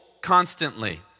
constantly